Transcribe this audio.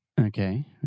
Okay